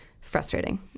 Frustrating